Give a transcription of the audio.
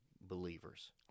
believers